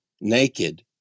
naked